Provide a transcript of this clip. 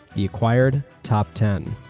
the acquired top ten.